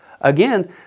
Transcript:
Again